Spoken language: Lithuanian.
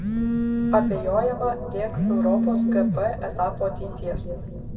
abejojama dėk europos gp etapo ateities